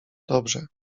dobrze